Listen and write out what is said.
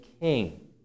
king